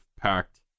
packed